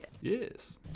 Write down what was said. Yes